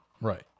Right